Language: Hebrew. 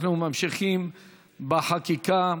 אנחנו ממשיכים בחקיקה.